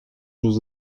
jeux